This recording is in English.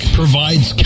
provides